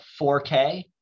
4K